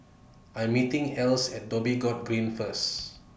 I'm meeting Alys At Dhoby Ghaut Green First